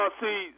see